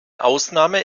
ausnahme